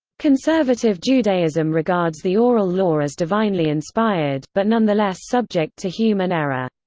conservative judaism regards the oral law as divinely inspired, but nonetheless subject to human error.